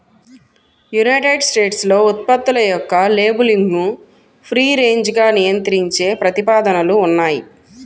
United స్టేట్స్లో ఉత్పత్తుల యొక్క లేబులింగ్ను ఫ్రీ రేంజ్గా నియంత్రించే ప్రతిపాదనలు ఉన్నాయి